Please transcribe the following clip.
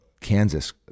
Kansas